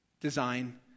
design